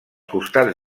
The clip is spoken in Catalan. costats